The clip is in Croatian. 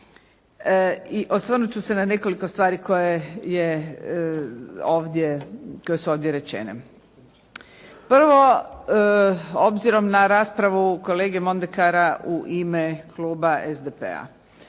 i osvrnut ću se na nekoliko stvari koje je ovdje, koje su ovdje rečene. Prvo, obzirom na raspravu kolege Mondekara u ime kluba SDP-a.